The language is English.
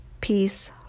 peace